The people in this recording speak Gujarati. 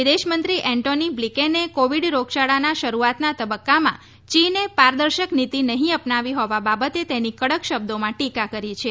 વિદેશમંત્રી એન્ટોની બ્લિકેને કોવિડ રોગયાળાના શરૂઆતના તબક્કામાં ચીને પારદર્શક નીતિ નહીં અપનાવી હોવા બાબતે તેની કડક શબ્દોમાં ટીકા કરી છે